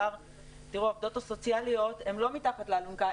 העובדות הסוציאליות הן לא מתחת לאלונקה.